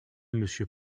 monsieur